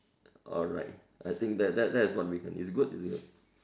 alright I think that that that is we can it's good it's good